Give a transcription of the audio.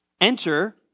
Enter